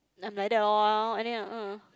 I'm like that lor and then uh